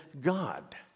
God